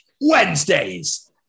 Wednesdays